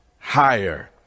higher